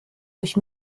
durch